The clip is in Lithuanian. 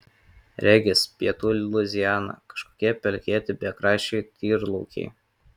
regis pietų luiziana kažkokie pelkėti bekraščiai tyrlaukiai